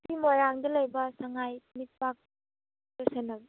ꯁꯤ ꯃꯣꯏꯔꯥꯡꯗ ꯂꯩꯕ ꯁꯉꯥꯏ ꯏꯊꯅꯤꯛ ꯄꯥꯛ